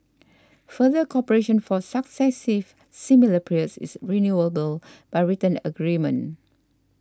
further cooperation for successive similar periods is renewable by written agreement